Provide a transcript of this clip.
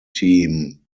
team